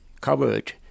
covered